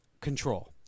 control